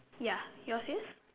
ya yours is